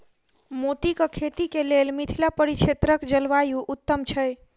मोतीक खेती केँ लेल मिथिला परिक्षेत्रक जलवायु उत्तम छै?